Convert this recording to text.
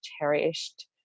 cherished